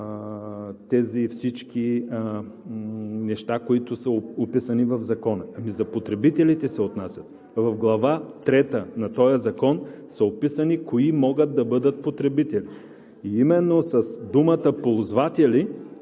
всичките неща, които са описани в Закона. За ползвателите се отнасят. В Глава трета на този закон са описани кои могат да бъдат ползватели. Именно с думата „ползватели“